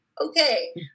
okay